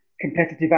competitive